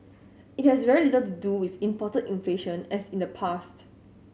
it has very little to do with imported inflation as in the past